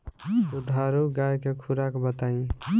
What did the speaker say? दुधारू गाय के खुराक बताई?